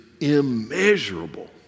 immeasurable